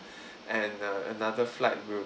and uh another flight will